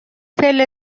پله